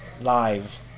live